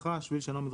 2, 4,